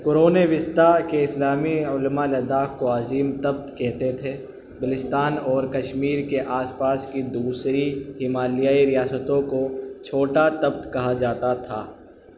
قرون وسطی کے اسلامی علما لداخ کو عظیم تبت کہتے تھے بلستان اور کشمیر کے آس پاس کی دوسری ہمالیائی ریاستوں کو چھوٹا تبت کہا جاتا تھا